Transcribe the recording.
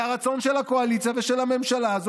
זה הרצון של הקואליציה ושל הממשלה הזאת